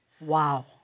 wow